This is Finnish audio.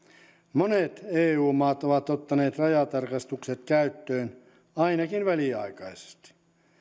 monet eu maat ovat ottaneet rajatarkastukset käyttöön ainakin väliaikaisesti